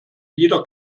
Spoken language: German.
jeder